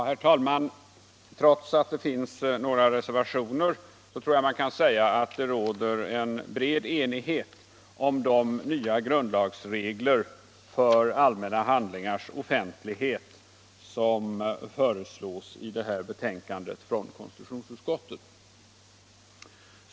Herr talman! Trots att det finns några reservationer tror jag man kan säga att det råder en bred enighet om de nya grundlagsregler för allmänna handlingars offentlighet som föreslås i detta betänkande från konstitutionsutskottet.